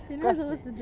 cause he